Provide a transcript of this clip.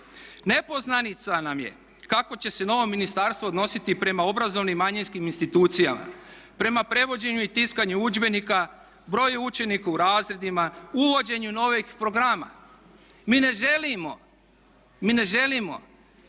Nepoznanica nam je kako će se novo ministarstvo odnositi prema obrazovnim manjinskim institucijama, prema prevođenju i tiskanju udžbenika, broju učenika u razredima, uvođenju novih programa. Mi ne želimo da se dešava